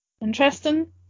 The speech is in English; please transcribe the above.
interesting